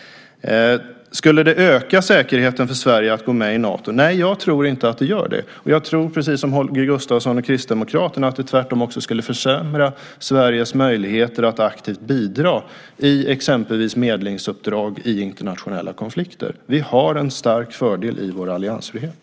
Skulle det öka säkerheten för Sverige att gå med i Nato? Nej, jag tror inte det. Jag tror, precis som Holger Gustafsson och Kristdemokraterna, att det tvärtom skulle försämra Sveriges möjligheter att aktivt bidra i exempelvis medlingsuppdrag i samband med internationella konflikter. Vi har en stark fördel genom vår alliansfrihet.